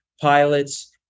pilots